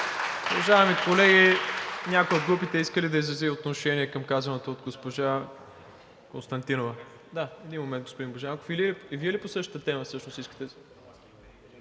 Уважаеми колеги, някоя от групите иска ли да изрази отношение към казаното от госпожа Константинова? Един момент, господин Божанков. И Вие ли по същата тема всъщност искате?